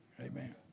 Amen